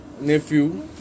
Nephew